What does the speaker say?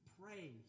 Pray